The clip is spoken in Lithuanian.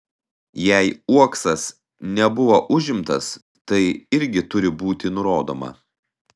jei uoksas nebuvo užimtas tai irgi turi būti nurodoma